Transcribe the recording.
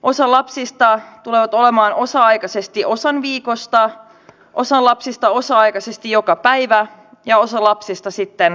osa lapsista tulee olemaan päivähoidossa osa aikaisesti osan viikosta osa lapsista osa aikaisesti joka päivä ja osa lapsista sitten kokopäiväpaikoilla